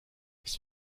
ist